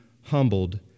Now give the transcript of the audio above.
humbled